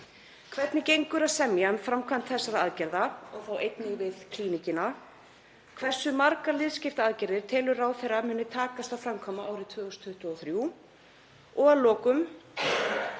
Hvernig gengur að semja um framkvæmd þessara aðgerða og þá einnig við Klíníkina? Hversu margar liðskiptaaðgerðir telur ráðherra að muni takast að framkvæma árið 2023? Og að lokum: